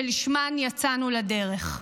שלשמם יצאנו לדרך.